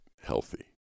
healthy